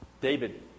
David